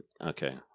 okay